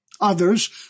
Others